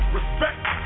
Respect